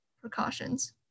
precautions